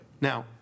Now